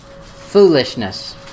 foolishness